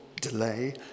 delay